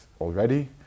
already